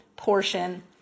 portion